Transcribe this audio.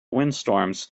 windstorms